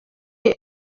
ino